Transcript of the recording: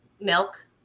milk